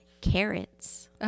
carrots